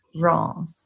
wrong